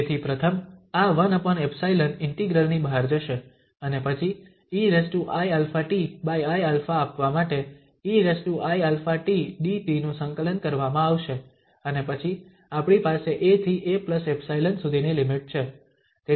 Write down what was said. તેથી પ્રથમ આ 1𝜖 ઇન્ટિગ્રલ ની બહાર જશે અને પછી eiαtiα આપવા માટે eiαt dt નું સંકલન કરવામાં આવશે અને પછી આપણી પાસે a થી a𝜖 સુધીની લિમિટ છે